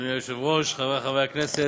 הצעת חוק הטבות במס (תיקוני חקיקה) (הארכת הוראות מעבר),